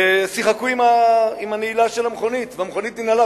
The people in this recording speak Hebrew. ושיחקו עם הנעילה של המכונית והמכונית ננעלה,